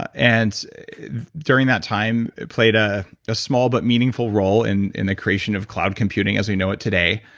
and during that time, played a small but meaningful role in in the creation of cloud computing as we know it today.